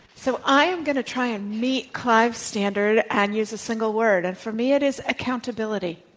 so, i am going to try and meet clive's standard and use a single word. and for me, it is accountability.